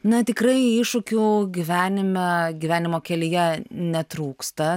na tikrai iššūkių gyvenime gyvenimo kelyje netrūksta